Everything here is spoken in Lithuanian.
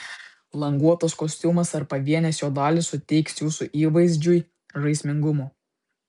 languotas kostiumas ar pavienės jo dalys suteiks jūsų įvaizdžiui žaismingumo